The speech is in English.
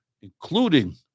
including